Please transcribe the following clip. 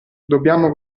dobbiamo